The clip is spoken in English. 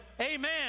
Amen